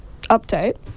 update